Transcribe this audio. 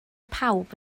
pawb